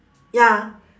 ya